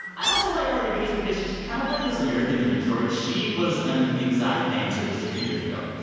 i also like cardi b just because she's kind of like this american dream story. she was an exotic dancer just a few years ago.